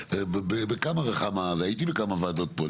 בכמה וכמה הייתי בכמה ועדות פה,